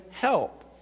help